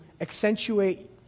accentuate